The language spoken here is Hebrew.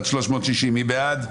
מי בעד?